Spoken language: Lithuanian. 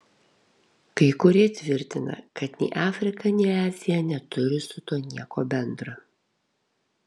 kai kurie tvirtina kad nei afrika nei azija neturi su tuo nieko bendra